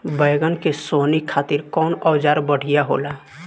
बैगन के सोहनी खातिर कौन औजार बढ़िया होला?